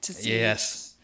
Yes